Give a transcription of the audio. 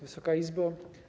Wysoka Izbo!